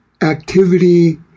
activity